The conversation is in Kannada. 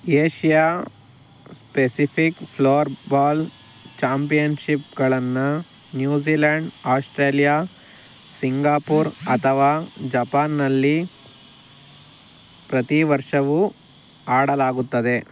ಏಶ್ಯಾ ಸ್ಪೆಸಿಫಿಕ್ ಫ್ಲೋರ್ ಬಾಲ್ ಚಾಂಪಿಯನ್ಶಿಪ್ಗಳನ್ನ ನ್ಯೂಜಿಲ್ಯಾಂಡ್ ಆಸ್ಟ್ರೇಲಿಯಾ ಸಿಂಗಾಪುರ್ ಅಥವಾ ಜಪಾನ್ನಲ್ಲಿ ಪ್ರತಿ ವರ್ಷವೂ ಆಡಲಾಗುತ್ತದೆ